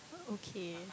okay